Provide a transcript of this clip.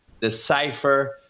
decipher